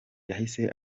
yahise